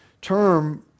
term